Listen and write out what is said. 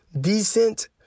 decent